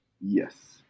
Yes